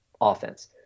offense